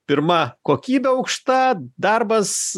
pirma kokybė aukšta darbas